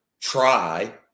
try